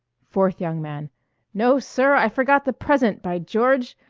fourth young man no, sir, i forgot the present, by george!